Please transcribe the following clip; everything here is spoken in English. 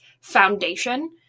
foundation